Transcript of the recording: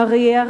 מריה,